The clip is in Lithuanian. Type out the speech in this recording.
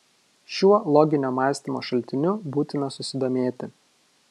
šiuo loginio mąstymo šaltiniu būtina susidomėti